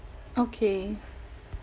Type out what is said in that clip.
okay